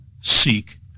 seek